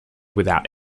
without